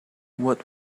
what